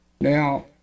now